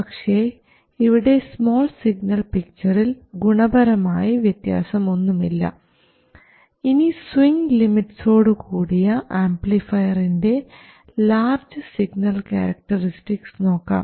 പക്ഷേ ഇവിടെ small signal പിക്ചറിൽ ഗുണപരമായി വ്യത്യാസമൊന്നുമില്ല ഇനി സ്വിങ് ലിമിറ്റ്സോടു കൂടിയ ആംപ്ലിഫയറിൻറെ ലാർജ് സിഗ്നൽ ക്യാരക്ടറിസ്റ്റിക്സ് നോക്കാം